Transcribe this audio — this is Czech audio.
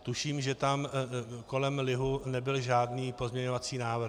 Tuším, že tam kolem lihu nebyl žádný pozměňovací návrh.